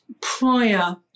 prior